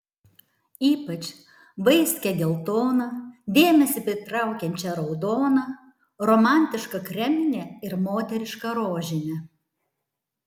ypač vaiskią geltoną dėmesį patraukiančią raudoną romantišką kreminę ir moterišką rožinę